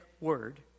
word